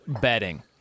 betting